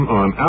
on